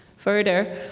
further,